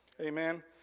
Amen